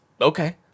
Okay